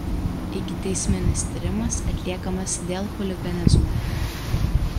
ikiteisminis tyrimas atliekamas dėl chuliganizmo